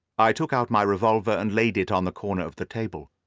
i took out my revolver and laid it on the corner of the table.